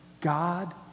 god